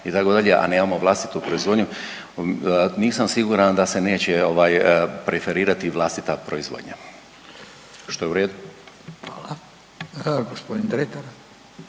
itd., a nemamo vlastitu proizvodnju, nisam siguran da se neće preferirati i vlastita proizvodnja, što je u redu. **Radin,